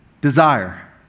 desire